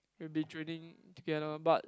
we'll be drilling together but